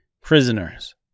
prisoners